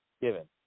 Given